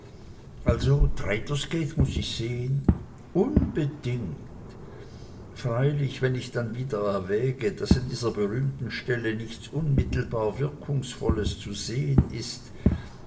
also traitors gate muß ich sehn unbedingt freilich wenn ich dann wieder erwäge daß an dieser berühmten stelle nichts unmittelbar wirkungsvolles zu sehn ist